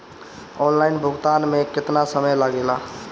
Online भुगतान में केतना समय लागेला?